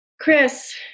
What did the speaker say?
Chris